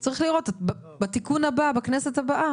אותו עיקרון שהיום חל בתיקון בגיל 40,